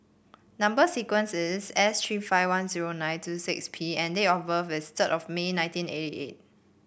number sequence is S tree five one zero nine two six P and date of birth is third of May nineteen eighty eight